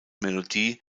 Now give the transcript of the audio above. melodie